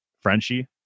Frenchie